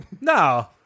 No